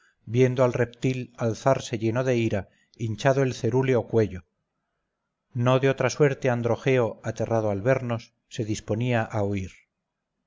viendo al reptil alzarse lleno de ira hinchado el cerúleo cuello no de otra suerte androgeo aterrado al vernos se disponía a huir